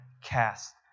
cast